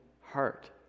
heart